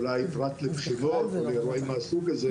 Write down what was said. אולי פרט לבחינות או לאירועים מהסוג הזה.